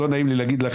לא נעים לי להגיד לך,